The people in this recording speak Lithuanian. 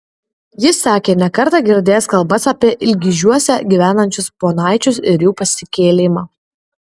jis sakė ne kartą girdėjęs kalbas apie ilgižiuose gyvenančius ponaičius ir jų pasikėlimą